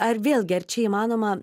ar vėlgi ar čia įmanoma